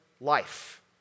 life